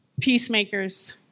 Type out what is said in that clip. Peacemakers